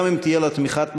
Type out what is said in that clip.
גם אם תהיה לה תמיכת ממשלה,